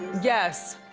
yes.